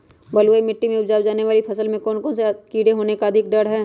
बलुई मिट्टी में उपजाय जाने वाली फसल में कौन कौन से कीड़े होने के अधिक डर हैं?